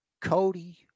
Cody